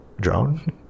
drone